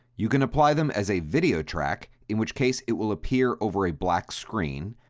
you can apply them as a video track, in which case it will appear over a black screen.